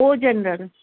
O general